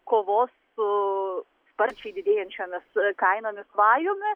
kovos su sparčiai didėjančiomis kainomis vajumi